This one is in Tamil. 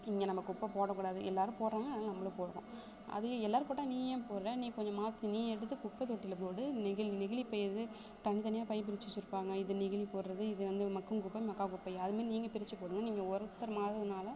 இங்கே நம்ப குப்பை போடக்கூடாது எல்லாரும் போடுறாங்க அதனால நம்பளும் போடுவோம் அதைய எல்லாரும் போட்டால் நீ ஏன் போடுற நீ கொஞ்சம் மாற்றி நீ எடுத்து குப்பைத்தொட்டியில போடு நெகிழ் நெகிழி பையை எது தனித்தனியாக பை பிரிச்சு வச்சுருப்பாங்க இது நெகிழி போடுறது இது வந்து மக்கும் குப்பை மக்கா குப்பை அது மாதிரி நீங்கள் பிரிச்சு போடுங்கள் நீங்கள் ஒருத்தர் மாறுறதுனால